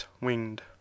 winged